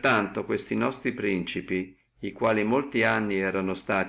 tanto questi nostri principi che erano stati molti anni